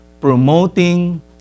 promoting